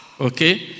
Okay